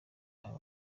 abo